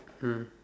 mm